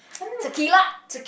tequila